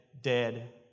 dead